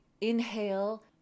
inhale